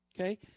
okay